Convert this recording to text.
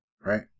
right